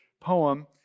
poem